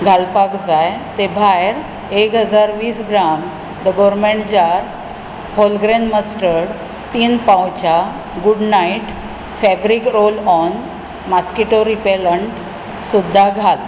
घालपाक जाय ते भायर एक हजार वीस gram the gourmet jar wholegrain mustard तीन पाउचां Good Knight fabric roll on mosquito repellent सुद्दां घाल